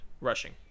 rushing